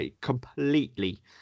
Completely